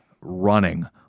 running